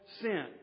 sin